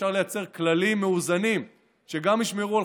אפשר לייצר כללים מאוזנים שגם ישמרו על